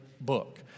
book